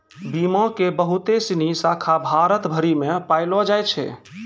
बीमा के बहुते सिनी शाखा भारत भरि मे पायलो जाय छै